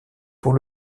pour